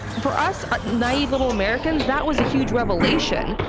for us naive little americans, that was a huge revelation,